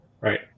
Right